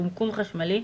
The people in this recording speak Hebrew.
קומקום חשמלי,